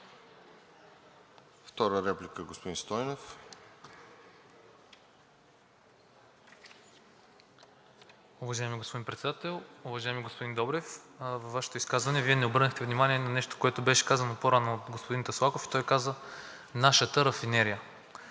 (Продължаваме Промяната): Уважаеми господин Председател! Уважаеми господин Добрев, във Вашето изказване не обърнахте внимание на нещо, което беше казано по рано от господин Таслаков, и той каза нашата рафинерия.